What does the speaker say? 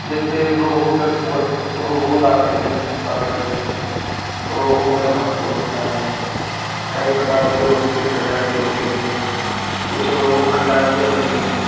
जैसे रोहू के ब रोहू लाते हैं पकड़कर तो रोहू में भाकुर होता है कई प्रकार के रोहू के प्रजाति होती है कुछ रोहू अन्डाइले होती है